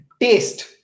taste